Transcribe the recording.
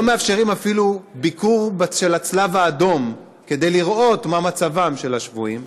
לא מאפשרים אפילו ביקור של הצלב האדום כדי לראות מה מצבם של השבויים.